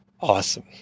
awesome